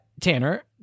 Tanner